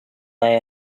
buy